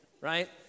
right